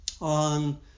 on